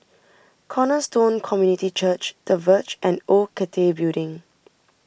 Cornerstone Community Church the Verge and Old Cathay Building